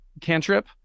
cantrip